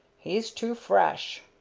he's too fresh.